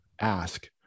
ask